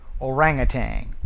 orangutan